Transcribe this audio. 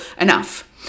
enough